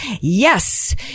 Yes